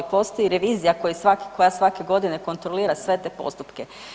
Postoji revizija koja svake godine kontrolira sve te postupke.